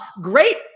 Great